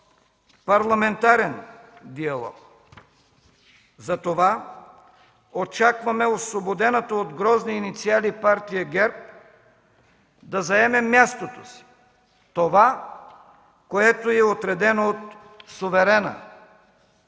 парламентарен диалог. Затова очакваме освободената от грозни инициали партия ГЕРБ да заеме мястото си – това, което й е отредено от суверена,